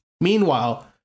Meanwhile